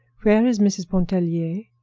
where is mrs. pontellier?